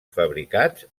fabricats